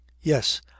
yes